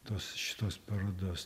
tos šitos parodos